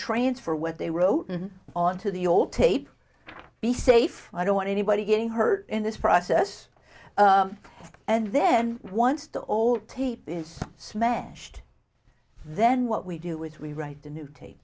transfer what they wrote on to the old tape to be safe i don't want anybody getting hurt in this process and then once the old tape is smashed then what we do is we write a new tape